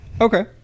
Okay